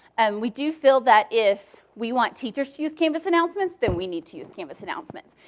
and we do feel that if we want teachers to use canvas announcements, then we need to use canvas announcements.